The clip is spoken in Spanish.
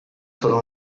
solo